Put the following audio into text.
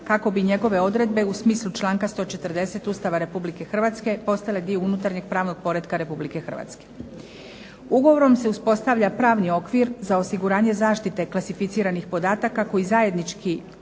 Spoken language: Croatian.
kako bi njegove odredbe u smislu članka 140. Ustava Republike Hrvatske postale dio unutarnjeg pravnog poretka Republike Hrvatske. Ugovorom se uspostavlja pravni okvir za osiguranje zaštite klasificiranih podataka koji zajednički